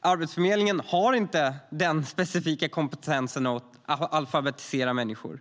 Arbetsförmedlingen har inte den specifika kompetens som krävs för att alfabetisera människor.